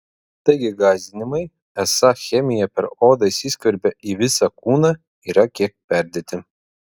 taigi gąsdinimai esą chemija per odą įsiskverbia į visą kūną yra kiek perdėti